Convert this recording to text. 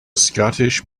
scottish